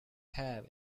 have